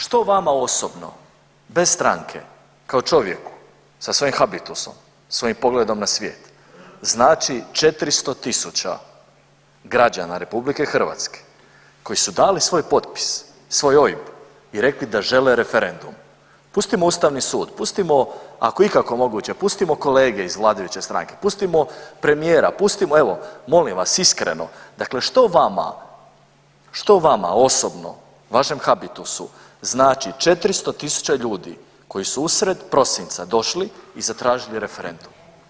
Što vama osobno bez stranke kao čovjeku sa svojim habitusom, svojim pogledom na svijet znači 400 tisuća građana RH koji su dali svoj potpis i svoj OIB i rekli da žele referendum, pustimo ustavni sud, pustimo ako je ikako moguće pustimo kolege iz vladajuće stranke, pustimo premijera, pustimo evo molim vas iskreno dakle što vama, što vama osobno, vašem habitusu znači 400 tisuća ljudi koji su usred prosinca došli i zatražili referendum?